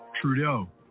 trudeau